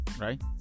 right